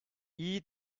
iyi